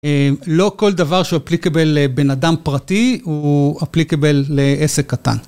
לא כל דבר שהוא אפליקטיבל לבן אדם פרטי הוא אפליקטיבל לעסק קטן.